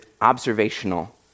observational